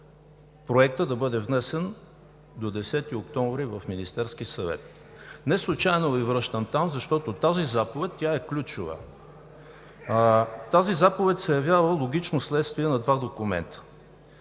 проектът да бъде внесен до 10 октомври в Министерския съвет. Неслучайно Ви връщам там, защото тази заповед е ключова. Тя се явява логично следствие на два документа.